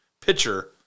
pitcher